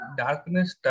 darkness